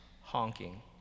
honking